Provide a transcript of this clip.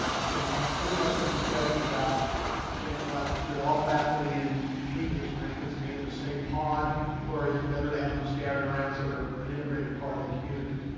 some interesting discussion about things like should all faculty in english, for instance, be in the same pod or is it better to have them scattered around so they're an integrated part of the community?